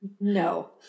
No